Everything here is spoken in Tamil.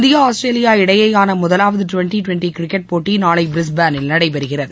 இந்தியா ஆஸ்திரேலியா அணிகளுக்கு இடையேயான முதவாவது டுவென்டி டுவென்டி கிரிக்கெட் போட்டி நாளை பிரிஸ்பேனில் நடைபெறுகிறது